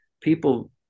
people